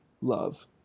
love